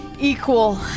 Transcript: equal